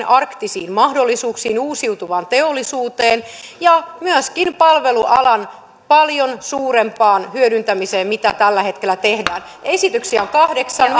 arktisiin mahdollisuuksiin uusiutuvaan teollisuuteen ja myöskin palvelualan paljon suurempaan hyödyntämiseen kuin mitä tällä hetkellä tehdään esityksiä on kahdeksan